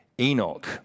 Enoch